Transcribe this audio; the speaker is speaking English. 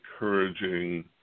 encouraging